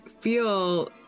feel